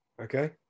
Okay